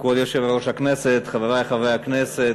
כבוד היושב-ראש, חברי חברי הכנסת,